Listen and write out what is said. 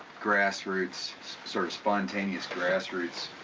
grassroots, sort of spontaneous grassroots